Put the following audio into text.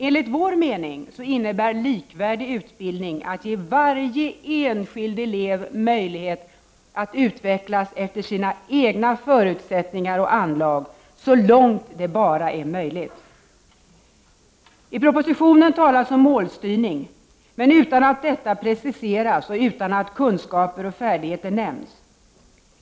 Enligt vår mening innebär likvärdig utbildning att man skall ge varje enskild elev möjlighet att utvecklas efter sina egna förutsättningar och anlag så långt det är möjligt. I propositionen talas om målstyrning, men utan att detta preciseras och utan att kunskaper och färdigheter nämns.